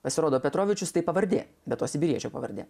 pasirodo petrovičius tai pavardė be to sibiriečio pavardė